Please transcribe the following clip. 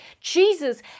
Jesus